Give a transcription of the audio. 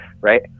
right